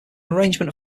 arrangement